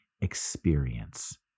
experience